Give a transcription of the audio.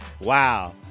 Wow